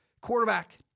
Quarterback